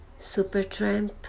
Supertramp